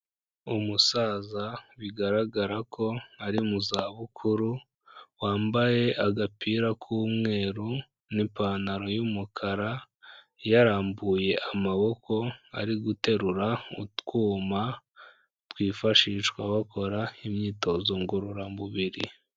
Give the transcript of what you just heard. Umusaza bigaragara ko ari mu zabukuru, wambaye agapira k'umweru n'ipantaro y'umukara yarambuye amaboko, ari guterura utwuma twifashishwa bakora imyitozo ngororamubiri.